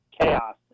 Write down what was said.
chaos